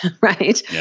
right